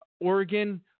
Oregon